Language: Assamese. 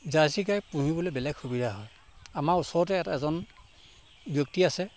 জাৰ্চীগাই পুহিবলৈ বেলেগ সুবিধা হয় আমাৰ ওচৰতে ইয়াত এজন ব্যক্তি আছে